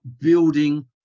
building